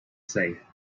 say